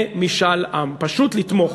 פשוט לתמוך.